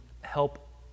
help